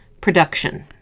production